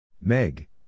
Meg